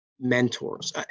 mentors